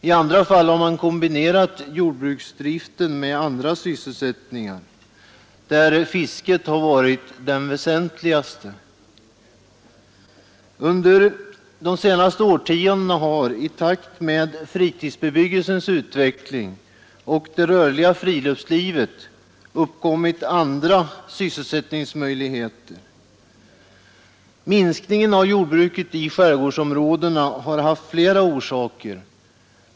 I andra fall har man kombinerat jordbruksdriften med andra sysselsättningar, där fisket har varit den väsentligaste. Under de senaste årtiondena har i takt med fritidsbebyggelsens utveckling och det rörliga friluftslivet uppkommit andra sysselsättningsmöjligheter. Minskningen av jordbruket i skärgårdsområdena har haft flera orsaker.